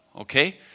okay